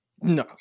No